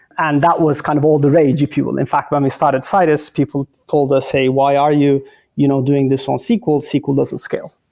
and that was kind of all the rage if you will. in fact, when we started citus, people told us, hey, why are you you know doing this on sql? sql doesn't scale.